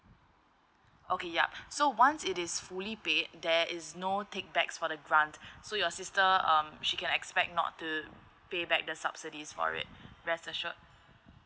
okay yup so once it is fully paid there is no take back for the grant so your sister um she can expect not to pay back the subsidies for it rest assured